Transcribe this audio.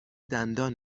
دندان